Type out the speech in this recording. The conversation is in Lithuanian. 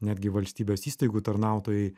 netgi valstybės įstaigų tarnautojai